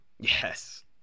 Yes